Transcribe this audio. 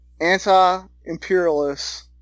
anti-imperialists